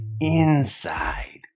inside